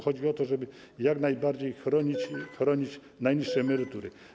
Chodzi o to, żeby jak najbardziej chronić najniższe emerytury.